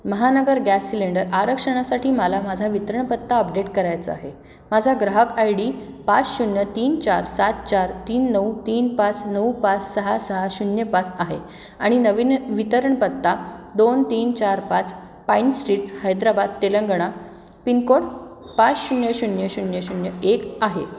महानगर gas cylinder आरक्षणासाठी मला माझा वितरण पत्ता अपडेट करायचा आहे माझा ग्राहक आय डी पाच शून्य तीन चार सात चार तीन नऊ तीन पाच नऊ पाच सहा सहा शून्य पाच आहे आणि नवीन वितरण पत्ता दोन तीन चार पाच pine street Hyderabad Telangana pincode पाच शून्य शून्य शून्य शून्य एक आहे